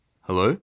Hello